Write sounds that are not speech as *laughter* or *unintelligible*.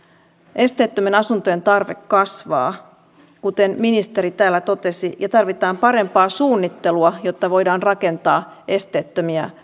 esteettömien asuntojen tarve kasvaa kuten ministeri täällä totesi ja tarvitaan parempaa suunnittelua jotta voidaan rakentaa esteettömiä *unintelligible*